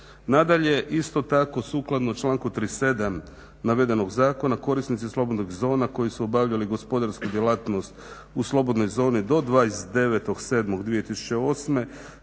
Nadalje, isto tako sukladno članku 37. navedenog zakona, korisnici slobodnih zona koji su obavljali gospodarsku djelatnost u slobodnoj zoni do 29.07.2008.